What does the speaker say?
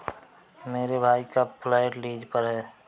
मेरे भाई का फ्लैट लीज पर है